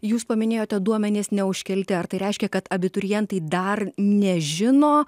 jūs paminėjote duomenys neužkelti ar tai reiškia kad abiturientai dar nežino